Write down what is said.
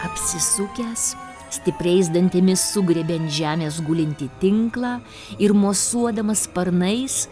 apsisukęs stipriais dantimis sugriebė ant žemės gulintį tinklą ir mosuodamas sparnais